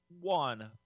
one